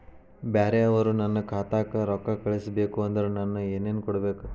ಬ್ಯಾರೆ ಅವರು ನನ್ನ ಖಾತಾಕ್ಕ ರೊಕ್ಕಾ ಕಳಿಸಬೇಕು ಅಂದ್ರ ನನ್ನ ಏನೇನು ಕೊಡಬೇಕು?